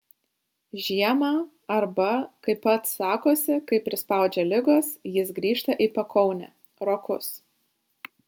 žiemą arba kaip pats sakosi kai prispaudžia ligos jis grįžta į pakaunę rokus